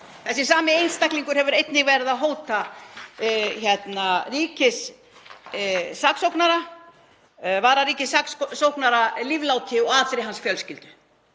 Þessi sami einstaklingur hefur einnig verið að hóta vararíkissaksóknara lífláti og allri hans fjölskyldu.